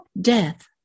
death